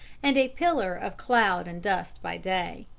and a pillar of cloud and dust by day.